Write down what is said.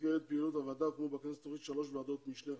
במסגרת פעילות הוועדה הוקמו בכנסת שלוש ועדות משנה חשובות: